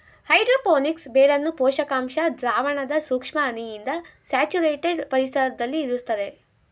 hydro phonics ಬೇರನ್ನು ಪೋಷಕಾಂಶ ದ್ರಾವಣದ ಸೂಕ್ಷ್ಮ ಹನಿಯಿಂದ ಸ್ಯಾಚುರೇಟೆಡ್ ಪರಿಸರ್ದಲ್ಲಿ ಇರುಸ್ತರೆ